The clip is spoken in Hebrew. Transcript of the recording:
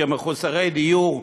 כמחוסרי דיור,